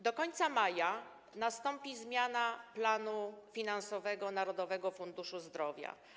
Do końca maja nastąpi zmiana planu finansowego Narodowego Funduszu Zdrowia.